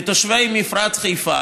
לתושבי מפרץ חיפה,